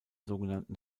sogenannten